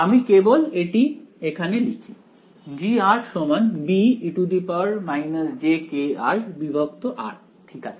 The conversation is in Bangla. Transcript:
আমি কেবল এটি এখানে লিখি G be jkrr ঠিক আছে